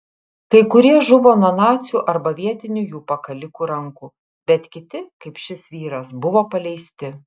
kai kurie žuvo nuo nacių arba vietinių jų pakalikų rankų bet kiti kaip šis vyras buvo paleisti